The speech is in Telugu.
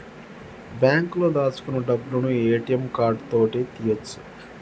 బాంకులో దాచుకున్న డబ్బులను ఏ.టి.యం కార్డు తోటి తీయ్యొచు